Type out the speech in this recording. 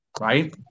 right